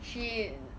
she